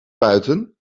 buiten